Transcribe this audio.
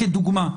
כדוגמה.